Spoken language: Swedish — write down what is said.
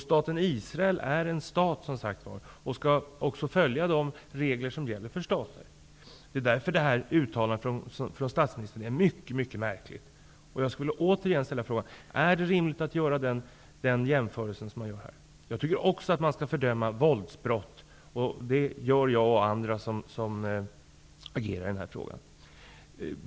Staten Israel är en stat som skall följa de regler som gäller för stater. Det är därför som statsministerns uttalande är mycket märkligt. Jag vill återigen ställa frågan: Är det rimligt att göra en sådan jämförelse som man gör i det här sammanhanget? Också jag tycker att man skall fördöma våldsbrott, vilket jag och andra som agerar i den här frågan gör.